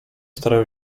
starają